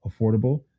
affordable